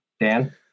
Dan